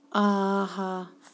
آہا